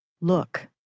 Look